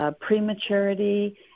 prematurity